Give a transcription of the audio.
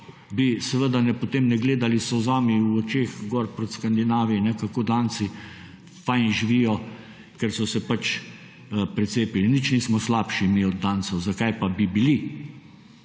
bi seveda, potem ne gledali s solzami v očeh gor proti Skandinaviji kako Danci fajn živijo, ker so se pač precepili. Nič nismo slabši mi od Dancev, zakaj pa bi bili?